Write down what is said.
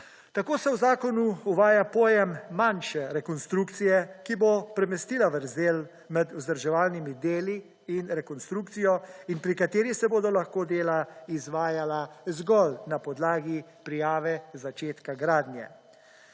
Tako so v zakonu uvaja pojem manjše rekonstrukcije, ki bo premestila vrzel med vzdrževanimi deli in rekonstrukcijo in pri kateri se bodo lahko dela izvajala zgolj na podlagi prijave začetka gradnje.